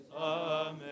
Amen